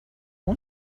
اون